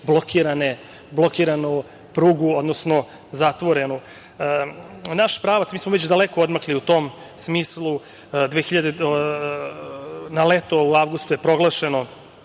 dugo drži blokiranu prugu, odnosno zatvorenu. Naš pravac, mi smo već daleko odmakli u tom smislu. Na leto, u avgustu je proglašen